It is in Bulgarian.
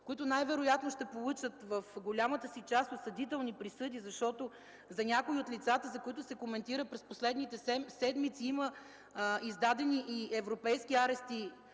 които най-вероятно ще получат в голямата си част осъдителни присъди, защото за някои от лицата, за които се коментира през последните седмици, има издадени и европейски заповеди